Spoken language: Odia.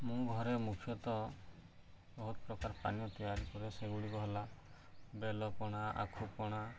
ମୁଁ ଘରେ ମୁଖ୍ୟତଃ ବହୁତ ପ୍ରକାର ପାନୀୟ ତିଆରି କରେ ସେଗୁଡ଼ିକ ହେଲା ବେଲ ପଣା ଆଖୁ ପଣା